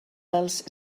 els